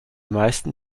meisten